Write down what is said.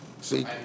See